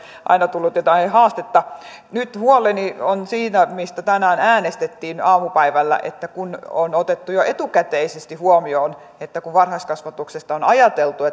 aina tullut jotain haastetta nyt huoleni on siinä mistä tänään äänestettiin aamupäivällä kun on otettu jo etukäteisesti huomioon kun varhaiskasvatuksesta on ajateltu